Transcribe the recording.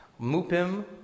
Mupim